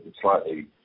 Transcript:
slightly